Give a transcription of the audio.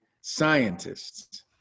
scientists